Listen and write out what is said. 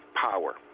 power